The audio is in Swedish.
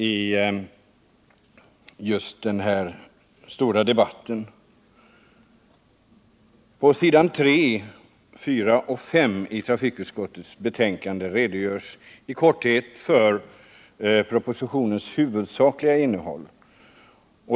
Jag instämmer till fullo i den anmärkningen. På s. 3, 4 och 5 i trafikutskottets betänkande redogörs i korthet för propositionens huvudsakliga innehåll.